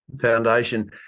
Foundation